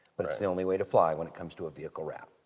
but it's the only way to fly when it comes to a vehicle wrap.